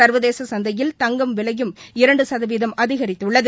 சா்வதேச சந்தையில் தங்கம் விலையும் இரண்டு சதவீதம் அதிகரித்துள்ளது